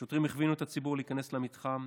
שוטרים הכווינו את הציבור להיכנס למתחם,